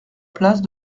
place